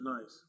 nice